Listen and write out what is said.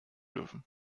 dürfen